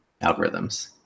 algorithms